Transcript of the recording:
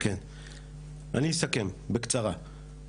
כן, אני אסכם בקצרה.